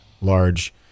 large